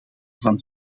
van